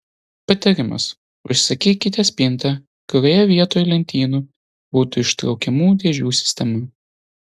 patarimas užsisakykite spintą kurioje vietoj lentynų būtų ištraukiamų dėžių sistema